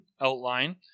outline